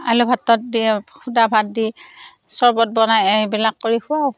আলু ভাতত দি শুদা ভাত দি চৰবত বনাই এইবিলাক কৰি খুৱাওঁ